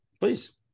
please